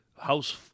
House